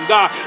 God